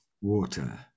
water